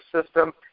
system